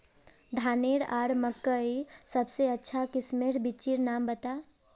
धानेर आर मकई सबसे अच्छा किस्मेर बिच्चिर नाम बता?